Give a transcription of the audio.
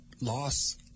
loss